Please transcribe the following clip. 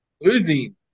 Losing